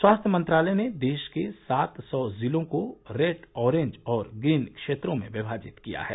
स्वास्थ्य मंत्रालय ने देश के सात सौ जिलों को रेड ओरेंज और ग्रीन क्षेत्रों में विमाजित किया है